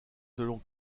selon